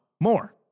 More